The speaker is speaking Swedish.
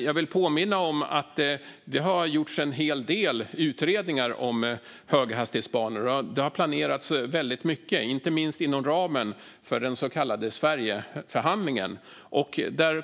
Jag vill påminna om att det har gjorts en hel del utredningar om höghastighetsbanor. Det har planerats mycket, inte minst inom ramen för den så kallade Sverigeförhandlingen.